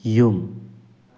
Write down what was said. ꯌꯨꯝ